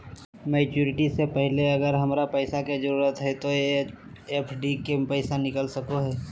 Maturity से पहले अगर हमरा पैसा के जरूरत है तो एफडी के पैसा निकल सको है?